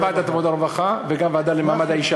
גם ועדת העבודה והרווחה וגם הוועדה למעמד האישה.